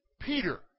Peter